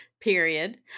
period